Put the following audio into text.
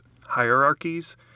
hierarchies